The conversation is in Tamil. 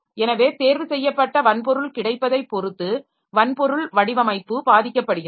எனவே தேர்வு செய்யப்பட்ட வன்பொருள் கிடைப்பதை பொறுத்து வன்பொருள் வடிவமைப்பு பாதிக்கப்படுகிறது